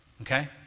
Okay